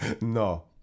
No